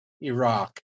Iraq